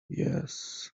yes